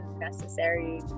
necessary